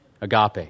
agape